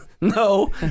No